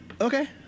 Okay